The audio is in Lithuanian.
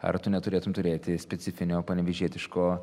ar tu neturėtum turėti specifinio panevėžietiško